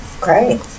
Great